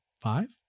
five